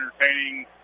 entertaining